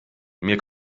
mir